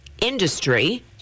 industry